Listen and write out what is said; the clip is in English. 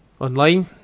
online